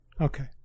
Okay